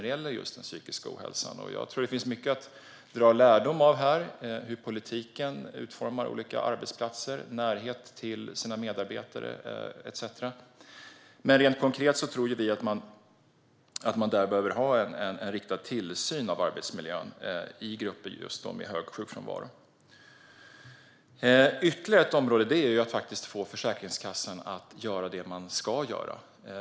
Jag tror att det finns mycket att dra lärdom av här. Det handlar om hur politiken utformar olika arbetsplatser, om närhet till sina medarbetare etcetera. Men rent konkret tror vi att man behöver ha en riktad tillsyn av arbetsmiljön där det finns grupper med hög sjukfrånvaro. Ett annat område handlar om att få Försäkringskassan att göra det som man ska göra.